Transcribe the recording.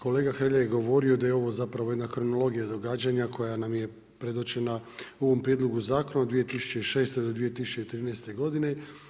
Kolega Hrelja je govorio da je ovo zapravo jedna kronologija događanja koja nam je predočena u ovom prijedlogu zakona od 2006. do 2013. godine.